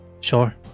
Sure